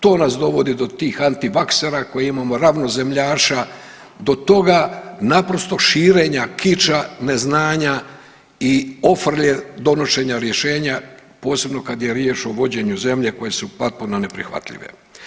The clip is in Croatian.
To nas dovodi do tih antivaksera koje imamo, ravnozemljaša, do toga naprosto širenja kiča neznanja i ofrlje donošenja rješenja, posebno kad je riječ o vođenju zemlje koje su potpuno neprihvatljive.